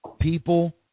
people